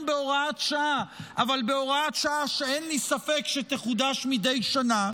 בהוראת שעה אבל בהוראת שעה שאין לי ספק שתחודש מדי שנה,